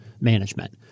management